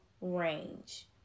range